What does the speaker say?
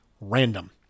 random